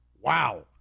wow